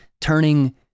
turning